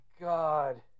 God